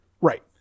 Right